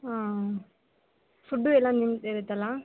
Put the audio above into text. ಹಾಂ ಫುಡ್ಡು ಎಲ್ಲ ನಿಮ್ಮದೆ ಇರುತ್ತಲ್ಲಾ